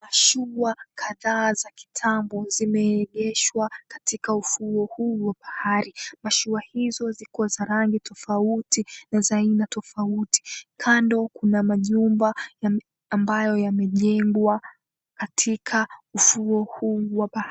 Mashua kadha za kitambo zimeegeshwa katika ufuo huu wa bahari mashua hizo ziko kwenye rangi tofauti na za aina tofauti kando kuna majumba ambayo yamejengwa katika ufuo huu wa bahari.